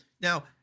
now